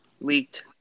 leaked